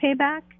payback